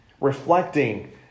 Reflecting